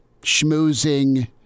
schmoozing